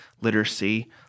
literacy